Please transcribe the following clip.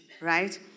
right